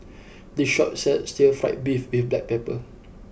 this shop sells Stir Fried Beef with Black Pepper